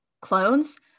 clones